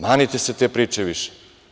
Manite se te priče više.